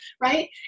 right